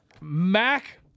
Mac